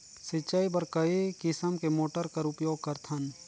सिंचाई बर कई किसम के मोटर कर उपयोग करथन?